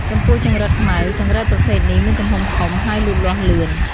ចំពោះចង្រិតខ្មៅ ចង្រិតប្រភេទនេះមានទំហំធំ ហើយលូតលាស់លឿន។